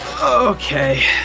Okay